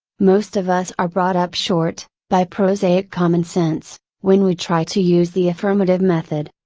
most of us are brought up short, by prosaic commonsense, when we try to use the affirmative method.